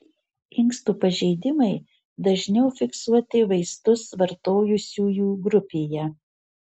inkstų pažeidimai dažniau fiksuoti vaistus vartojusiųjų grupėje